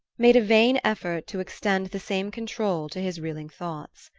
made a vain effort to extend the same control to his reeling thoughts.